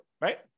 right